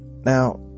Now